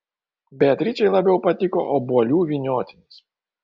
beatričei labiau patiko obuolių vyniotinis